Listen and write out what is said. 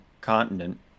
continent